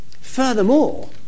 furthermore